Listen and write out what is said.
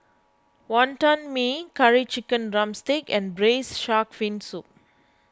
Wonton Mee Curry Chicken Drumstick and Braised Shark Fin Soup